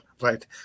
right